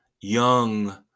young